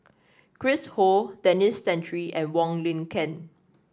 Chris Ho Denis Santry and Wong Lin Ken